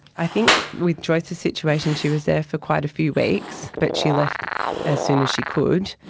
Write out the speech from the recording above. i think with joyce's situation she was there for quite a few weeks, but she left as soon as she could.